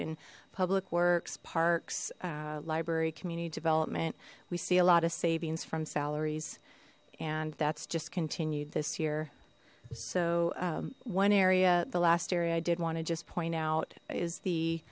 in public works parks library community development we see a lot of savings from salaries and that's just continued this year so one area the last area i did want to just point out is the